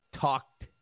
talked